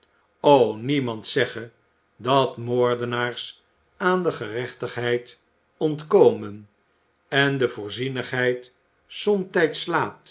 niemand zegge dat moordenaars aan de geregtigheid ontkomen en de voorzienigheid somtijds